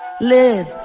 live